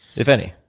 if any?